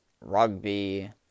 rugby